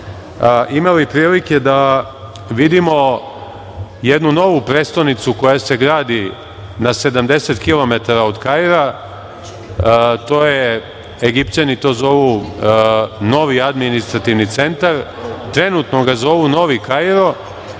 imali prilike da vidimo jednu novu prestonicu koja se gradi na 70 kilometra od Kaira. Egipćani to zovu novi administrativni centar. Trenutno ga zovu novi Kairo,